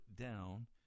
down